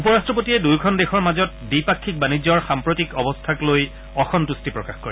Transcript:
উপ ৰাট্টপতিয়ে দুয়োখন দেশৰ মাজত দ্বিপাক্ষিক বাণিজ্যৰ সাম্প্ৰতিক অৱস্থাক লৈ অসন্তুষ্টি প্ৰকাশ কৰে